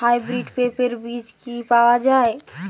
Hybrid পেঁপের বীজ কি পাওয়া যায়?